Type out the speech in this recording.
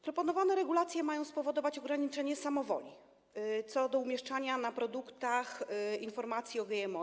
Proponowane regulacje mają spowodować ograniczenie samowoli co do umieszczania na produktach informacji o GMO.